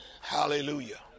Hallelujah